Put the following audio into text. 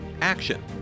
action